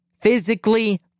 Physically